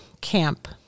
camp